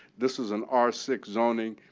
this is an r six zoning.